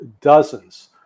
dozens